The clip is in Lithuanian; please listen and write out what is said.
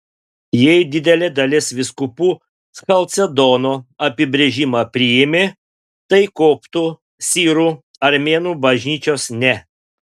jei didelė dalis vyskupų chalcedono apibrėžimą priėmė tai koptų sirų armėnų bažnyčios ne